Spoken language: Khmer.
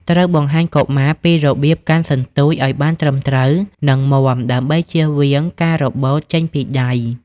ត្រូវបង្ហាញកុមារពីរបៀប កាន់សន្ទូច ឱ្យបានត្រឹមត្រូវ និងមាំដើម្បីជៀសវាងការរបូតចេញពីដៃ។